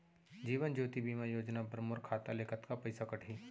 जीवन ज्योति बीमा योजना बर मोर खाता ले कतका पइसा कटही?